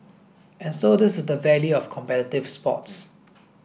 and so this is the value of competitive sports